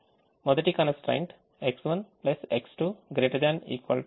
మొదటి constraint X1 X2 ≥ 4 గా నేను వ్రాసాను